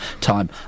time